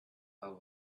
fell